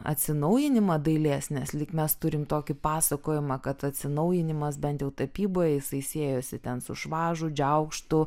atsinaujinimą dailės nes lyg mes turim tokį pasakojimą kad atsinaujinimas bent jau tapyboje jisai siejasi ten su švažu džiaugštu